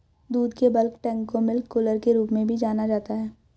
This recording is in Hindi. दूध के बल्क टैंक को मिल्क कूलर के रूप में भी जाना जाता है